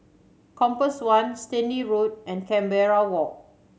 Compass One Stanley Road and Canberra Walk